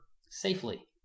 safely